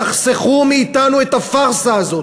תחסכו מאתנו את הפארסה הזאת.